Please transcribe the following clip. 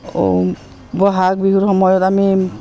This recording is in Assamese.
আকৌ বহাগ বিহুৰ সময়ত আমি